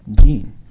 Gene